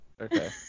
Okay